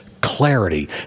clarity